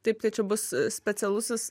taip tai čia bus specialusis